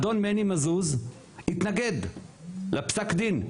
אדון מני מזוז התנגד לפסק הדין.